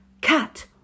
Cat